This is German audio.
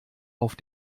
auf